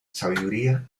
sabiduría